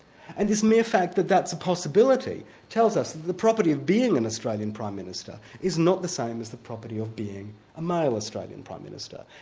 and this mere fact that that's a possibility tells us that the property of being an australian prime minister is not the same as the property of being a male australian prime minister.